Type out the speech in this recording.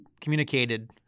communicated